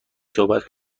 صحبت